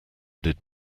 did